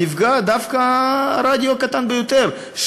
נפגע דווקא הרדיו הקטן ביותר,